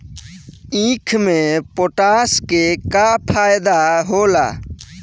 ईख मे पोटास के का फायदा होला?